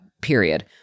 period